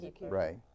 right